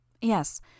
Yes